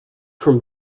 from